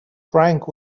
frank